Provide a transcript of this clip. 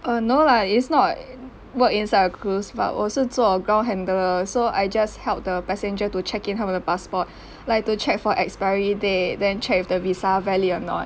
err no lah it's not work inside a cruise but 我是做 ground handlers so I just help the passenger to check in 他们的 passport like to check for expiry date then check if the visa valid or not